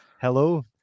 Hello